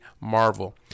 marvel